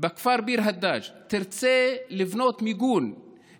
בכפר ביר הדאג' תרצה לבנות מיגון